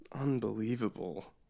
Unbelievable